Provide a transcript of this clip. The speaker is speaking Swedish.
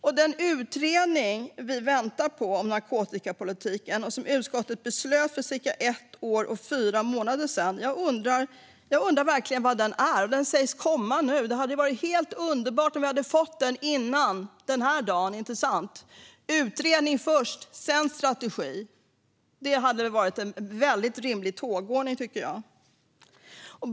Och jag undrar verkligen var den utredning om narkotikapolitiken som vi beslutade om för cirka ett år och fyra månader sedan är. Den sägs ska komma nu. Det hade ju varit helt underbart om vi hade fått den före den här dagen, inte sant? Utredning först, sedan strategi hade varit en väldigt rimlig tågordning, tycker jag.